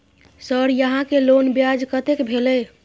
Sir यहां के loan ब्याज कतेक भेलेय?